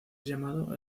llamado